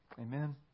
amen